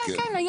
כן, כן, כן.